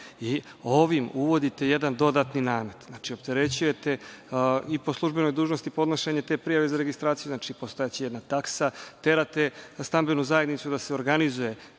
Ovim uvodite jedan dodatni namet. Znači, opterećujete i po službenoj dužnosti podnošenje te prijave za registraciju, postojaće jedna taksa, terate stambenu zajednicu da se organizuje